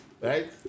right